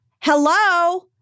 Hello